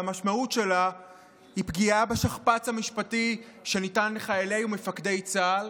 והמשמעות שלה היא פגיעה בשכפ"ץ המשפטי שניתן לחיילי ומפקדי צה"ל.